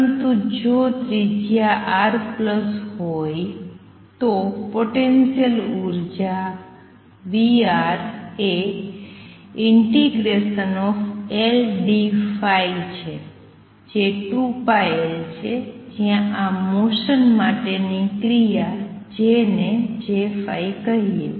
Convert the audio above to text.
પરંતુ જો ત્રિજ્યા R પ્લસ હોય તો પોટેન્સિયલ ઉર્જા V એ ∫Ldϕ છે જે 2πL છે જ્યાં આ મોસન માટેની ક્રિયા J ને J કહીયે